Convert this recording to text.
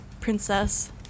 princess